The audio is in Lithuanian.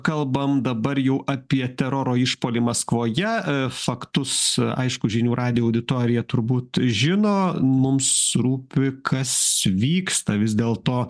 kalbame dabar jau apie teroro išpuolį maskvoje faktus aišku žinių radijo auditorija turbūt žino mums rūpi kas vyksta vis dėl to